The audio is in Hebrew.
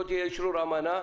לא יהיה אשרור אמנה.